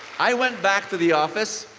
i went back to the office